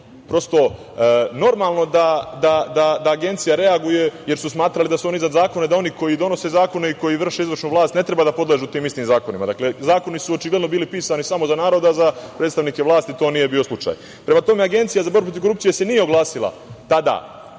prosto normalno da Agencija reaguje, jer su smatrali da su oni iznad zakona, da oni koji donose zakone i koji vrše izvršnu vlast ne treba da podležu tim istim zakonima. Dakle, zakoni su očigledno bili pisani samo za narod, a za predstavnike vlasti to nije bio slučaj. Prema tome, Agencija za borbu protiv korupcije se nije oglasila tada